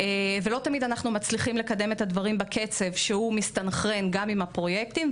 לא תמיד אנחנו מצליחים לקדם את הדברים בקצב שגם מסתנכרן עם הפרויקטים.